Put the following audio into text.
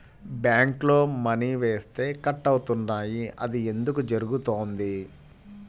బ్యాంక్లో మని వేస్తే కట్ అవుతున్నాయి అది ఎందుకు జరుగుతోంది?